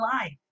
life